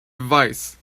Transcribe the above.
advice